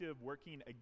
working